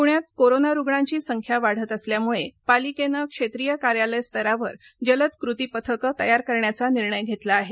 पृण्यात कोरोना रुग्णांची संख्या वाढत असल्यामुळे पालिकेनं क्षेत्रीय कार्यालय स्तरावर जलद कृती पथकं तयार करण्याचा निर्णय घेतला आहे